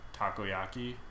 takoyaki